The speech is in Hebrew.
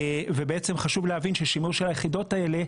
וחשוב להבין ששימוש של היחידות האלה,